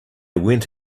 went